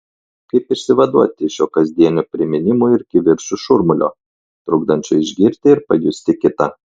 kaip išsivaduoti iš šio kasdienio priminimų ir kivirčų šurmulio trukdančio išgirti ir pajusti kitą